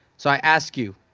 so i ask you,